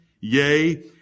yea